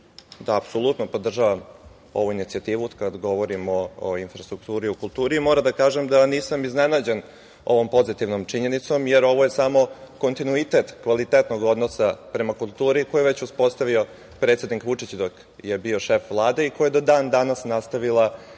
da apsolutno podržavam ovu inicijativu kada govorimo o infrastrukturi u kulturi. Moram da kažem da nisam iznenađen ovom pozitivnom činjenicom, jer ovo je samo kontinuitet kvalitetnog odnosa prema kulturi koji je već uspostavio predsednik Vučić dok je bio šef Vlade i koji je do dan danas nastavila i Ana